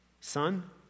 Son